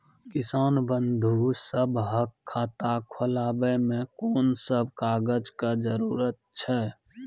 किसान बंधु सभहक खाता खोलाबै मे कून सभ कागजक जरूरत छै?